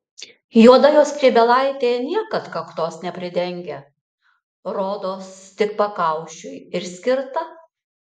juoda jo skrybėlaitė niekad kaktos nepridengia rodos tik pakaušiui ir skirta